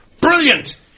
Brilliant